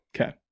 Okay